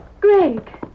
Greg